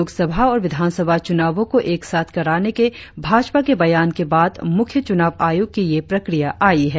लोकसभा और विधानसभा चुनावओं को एक साथ कराने के भाजपा के बयान के बाद मुख्य चुनाव आयुक्त की यह प्रक्रिया आई है